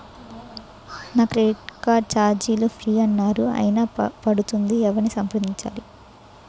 నా credit card ఛార్జీలు free అన్నారు అయినా పడుతుంది ఎవరిని సంప్రదించాలి?